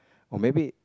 or maybe